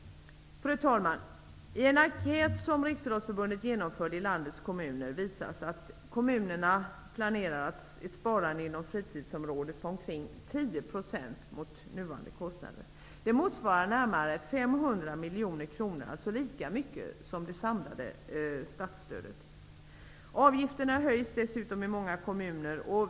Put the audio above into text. Fru talman! Riksidrottsförbundet visar i en enkät som man genomförde i landets kommuner att kommunerna planerar att spara omkring 10 % miljoner kronor -- alltså lika mycket som det samlade statsstödet. Dessutom höjs avgifterna i många kommuner.